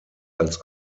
als